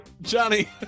Johnny